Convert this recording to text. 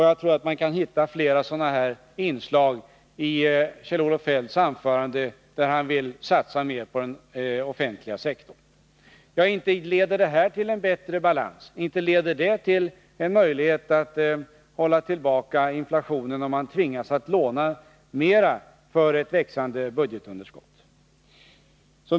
Jag tror att man kan hitta flera sådana här inslag i Kjell-Olof Feldts anförande, där han vill satsa mer på den offentliga sektorn. Men inte leder detta till en bättre balans, och inte leder det till att man håller tillbaka inflationen, när man tvingas låna mer på grund av ett växande budgetunderskott.